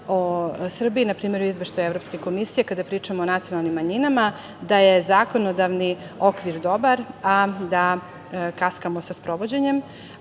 o Srbiji, npr. izveštaj Evropske komisije, kada pričamo o nacionalnim manjinama da je zakonodavni okvir dobar, a da kaskamo sa sprovođenjem.S